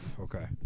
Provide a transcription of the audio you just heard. Okay